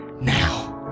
now